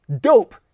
Dope